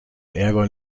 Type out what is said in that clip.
ärger